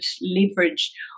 leverage